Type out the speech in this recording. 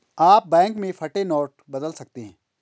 आप बैंक में फटे नोट बदल सकते हैं